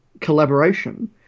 collaboration